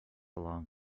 along